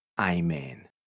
Amen